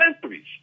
centuries